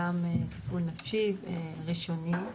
גם טיפול נפשי ראשוני,